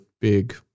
big